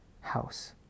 house